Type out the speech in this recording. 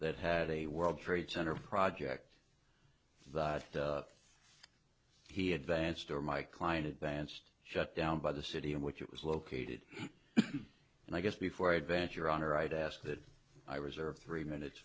that had a world trade center project that he advanced or my client advanced shut down by the city in which it was located and i guess before advance your honor i'd ask that i reserve three minutes